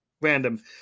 random